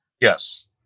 Yes